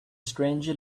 stranger